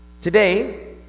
Today